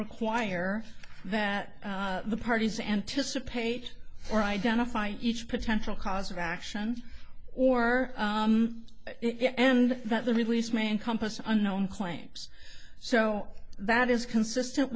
require that the parties anticipate or identify each potential cause of action or it and that the release man compass unknown claims so that is consistent